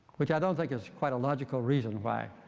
which i don't think is quite a logical reason why.